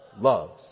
loves